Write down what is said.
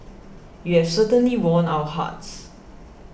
you've certainly won our hearts